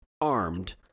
armed